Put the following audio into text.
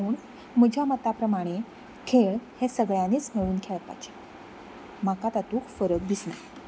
पूण म्हज्या मता प्रमाणे खेळ हे सगळ्यांनीच मेळून खेळपाचे म्हाका तातूंत फरक दिसना